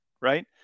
right